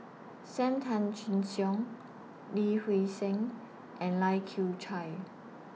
SAM Tan Chin Siong Lee Seng and Lai Kew Chai